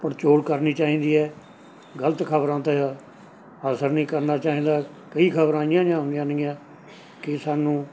ਪੜਚੋਲ ਕਰਨੀ ਚਾਹੀਦੀ ਹੈ ਗਲਤ ਖਬਰਾਂ 'ਤੇ ਅਸਰ ਨਹੀਂ ਕਰਨਾ ਚਾਹੀਦਾ ਕਈ ਖਬਰਾਂ ਇਹੀਆਂ ਜਿਹੀਆਂ ਹੁੰਦੀਆਂ ਨੇਗੀਆਂ ਕਿ ਸਾਨੂੰ